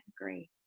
agree